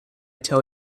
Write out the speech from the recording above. tell